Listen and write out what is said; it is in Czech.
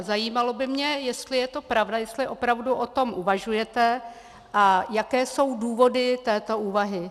Zajímalo by mě, jestli je to pravda, jestli o tom opravdu uvažujete a jaké jsou důvody této úvahy.